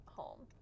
home